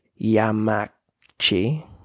Yamachi